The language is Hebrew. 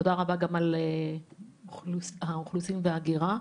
תודה רבה גם על דברי רשות האוכלוסין וההגירה.